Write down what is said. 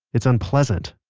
it's unpleasant.